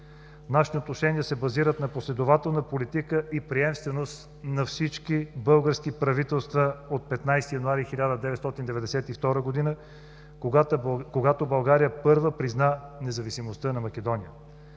Нашите отношения се базират на последователна политика и приемственост на всички български правителства от 15 януари 1992 г., когато България първа призна независимостта на Македония.